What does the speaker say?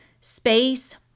space